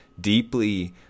deeply